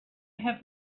have